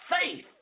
faith